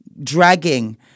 dragging